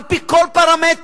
על-פי כל פרמטר,